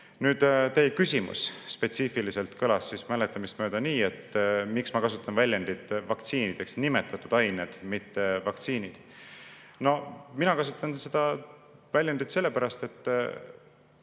Nüüd, teie küsimus spetsiifiliselt kõlas minu mäletamist mööda nii, et miks ma kasutan väljendit "vaktsiinideks nimetatud ained", mitte [sõna] "vaktsiinid". Mina kasutan seda väljendit selle pärast, et